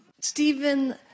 Stephen